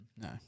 No